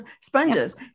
sponges